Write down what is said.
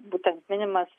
būtent minimos